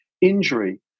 injury